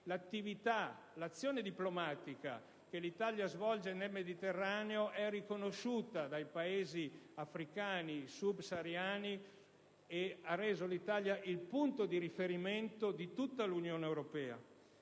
l'azione diplomatica che l'Italia svolge nel Mediterraneo è riconosciuta dai Paesi africani subsahariani e ha reso il nostro Paese il punto di riferimento di tutta l'Unione europea.